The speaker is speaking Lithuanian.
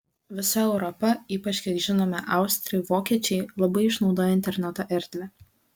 visa europa ypač kiek žinome austrai vokiečiai labai išnaudoja interneto erdvę